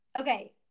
okay